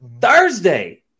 Thursday